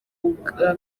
ubwa